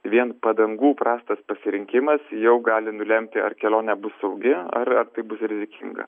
vien padangų prastas pasirinkimas jau gali nulemti ar kelionė bus saugi ar ar tai bus rizikinga